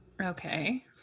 Okay